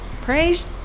Praise